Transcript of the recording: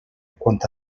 quant